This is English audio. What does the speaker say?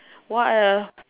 what are the